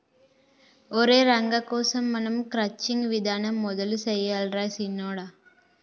ఒరై రంగ కోసం మనం క్రచ్చింగ్ విధానం మొదలు సెయ్యాలి రా సిన్నొడా